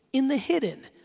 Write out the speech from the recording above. in the hidden,